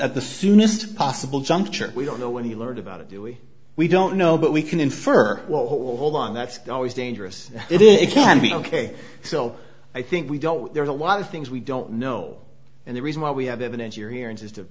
at the soonest possible juncture we don't know when he learned about it do we we don't know but we can infer well hold on that's always dangerous it is it can be ok so i think we don't there's a lot of things we don't know and the reason why we have evidence you're he